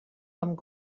amb